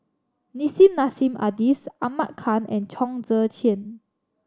Nissim Nassim Adis Ahmad Khan and Chong Tze Chien